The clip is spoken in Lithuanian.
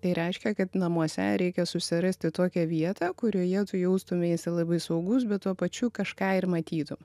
tai reiškia kad namuose reikia susirasti tokią vietą kurioje tu jaustumeisi labai saugus bet tuo pačiu kažką ir matytum